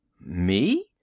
Me